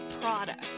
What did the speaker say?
product